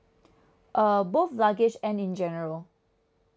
uh both luggage and in general